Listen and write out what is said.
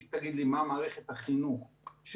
שהיא תגיד לי מה מערכת החינוך שנותנת